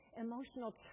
emotional